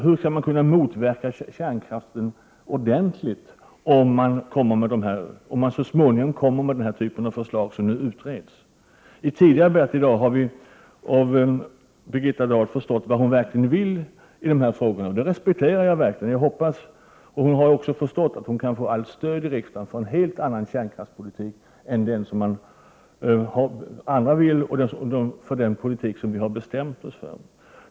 Hur skall man kunna motverka kärnkraften ordentligt, om man så småningom kommer med den typ av förslag som nu utreds? I tidigare debatter i dag har vi förstått vad Birgitta Dahl verkligen vill i dessa frågor, och det respekterar jag. Jag hoppas också att hon har förstått att hon kan få allt stöd i riksdagen för en helt annan kärnkraftspolitik än den som andra önskar.